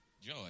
Joy